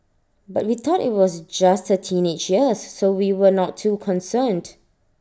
but we thought IT was just her teenage years so we were not too concerned